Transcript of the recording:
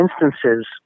instances